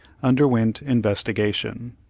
underwent investigation.